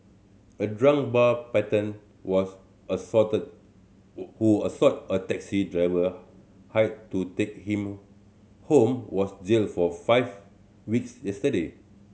a drunk bar patron was assaulted who assaulted a taxi driver hired to take him home was jailed for five weeks yesterday